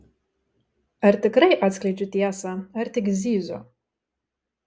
ar tikrai atskleidžiu tiesą ar tik zyziu